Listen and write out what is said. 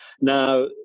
Now